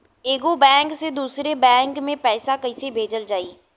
एगो बैक से दूसरा बैक मे पैसा कइसे भेजल जाई?